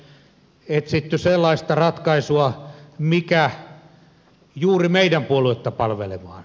on etsitty sellaista ratkaisua mikä juuri meidän puoluetta palvelisi